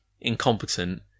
incompetent